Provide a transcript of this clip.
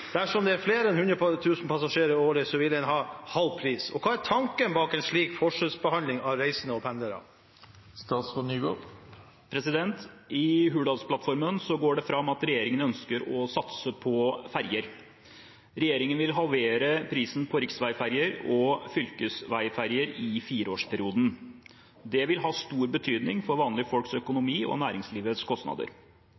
Dersom det er flere enn 100 000 passasjerer årlig, vil det bli halv pris. Hva er tanken bak en slik forskjellsbehandling av reisende og pendlere?» I Hurdalsplattformen går det fram at regjeringen ønsker å satse på ferjer. Regjeringen vil halvere prisen på riksveiferjer og fylkesveiferjer i fireårsperioden. Det vil ha stor betydning for vanlige folks